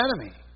enemy